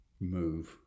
move